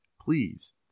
please